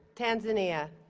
tanzania